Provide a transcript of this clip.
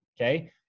Okay